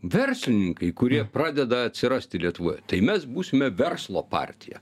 verslininkai kurie pradeda atsirasti lietuvoje tai mes būsime verslo partija